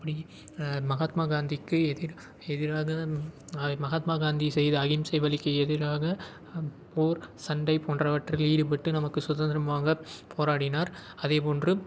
அப்படி மஹாத்மா காந்திக்கு எதிர் எதிராக அது மஹாத்மா காந்தி செய்த அஹிம்சை வழிக்கி எதிராக போர் சண்டை போன்றவற்றில் ஈடுப்பட்டு நமக்கு சுதந்திரம் வாங்க போராடினார் அதே போன்று